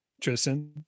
Tristan